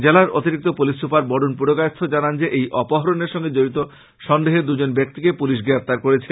জেলার অতিরিক্ত police super Barun Purkayastha জানান যে এই অপহরনের সঙ্গে জড়িত সন্দেহে দুজন ব্যাক্তিকে পুলিশ গ্রেফতার করেছে